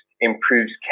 improves